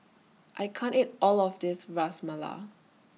I can't eat All of This Ras Malai